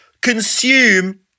consume